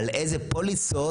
על איזה פוליסות?